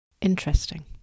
Interesting